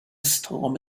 storm